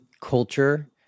culture